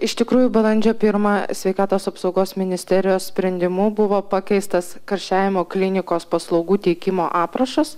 iš tikrųjų balandžio pirmą sveikatos apsaugos ministerijos sprendimu buvo pakeistas karščiavimo klinikos paslaugų teikimo aprašas